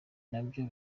nabyo